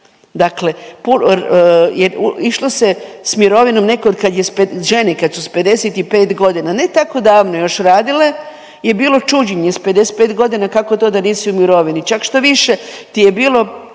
Dakle jer išlo se s mirovinom, nekad kad je, žene kad su s 55 godina, ne tamo davno još radile je bilo čuđenje, s 55 godina, kako to da nisi u mirovini. Čak štoviše ti je bilo,